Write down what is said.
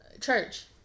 church